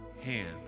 hand